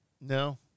No